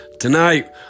tonight